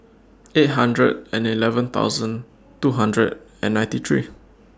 eight hundred and eleven thousand two hundred and ninety three